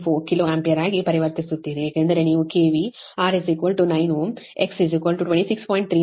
7874 kilo ampere ಆಗಿ ಪರಿವರ್ತಿಸುತ್ತೀರಿ ಏಕೆಂದರೆ ನೀವು KV R 9 Ω X 26